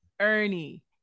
Ernie